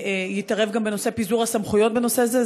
יתערב גם בנושא ביזור הסמכויות בנושא זה,